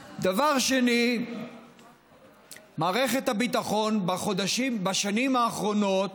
2. מערכת הביטחון בשנים האחרונות